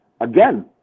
Again